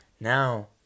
Now